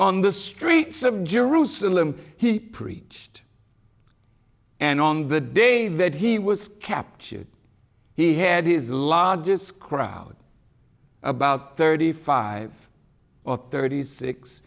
on the streets of jerusalem he preached and on the day that he was captured he had his largest crowd about thirty five or thirty six